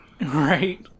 Right